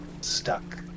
stuck